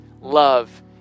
love